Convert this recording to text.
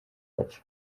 wacu